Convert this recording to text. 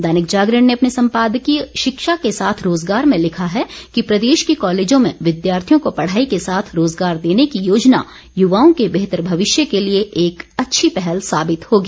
दैनिक जागरण ने अपने सम्पादकीय शिक्षा के साथ रोजगार में लिखा है कि प्रदेश के कॉलेजों में विद्यार्थियों को पढ़ाई के साथ रोजगार देने की योजना युवाओं के बेहतर भविष्य के लिए एक अच्छी पहल साबित होगी